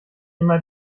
immer